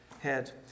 head